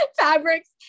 fabrics